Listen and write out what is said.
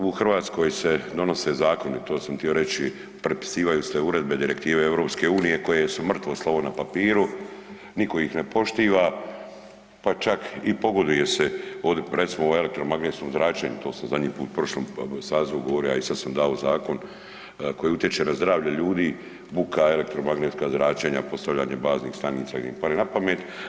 U Hrvatskoj se donose zakoni, to sam tio reći, prepisivaju se uredbe, direktive EU koje su mrtvo slovo na papiru, niko ih ne poštiva, pa čak i pogoduje se od, recimo u elektromagnetskom zračenju, to sam zadnji put u prošlom sazivu govorio, a i sad sam dao zakon koji utječe na zdravlje ljudi, buka, elektromagnetska zračenja, postavljanje baznih stanica gdje im padne na pamet.